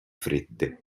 fredde